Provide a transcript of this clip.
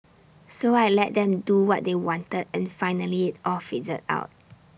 so I let them do what they wanted and finally IT all fizzled out